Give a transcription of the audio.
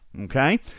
Okay